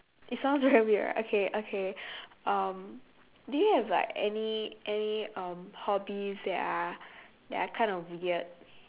it sounds very weird right okay okay um do you have like any any um hobbies that are that are kinda weird